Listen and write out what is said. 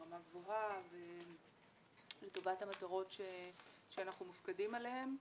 ברמה גבוהה ולטובת המטרות שאנחנו מופקדים עליהן.